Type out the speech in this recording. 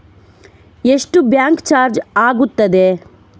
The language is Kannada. ಎಷ್ಟು ಬ್ಯಾಂಕ್ ಚಾರ್ಜ್ ಆಗುತ್ತದೆ?